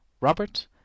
Robert